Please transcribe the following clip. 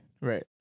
Right